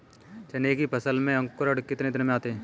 चना की फसल में अंकुरण कितने दिन में आते हैं?